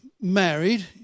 married